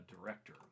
director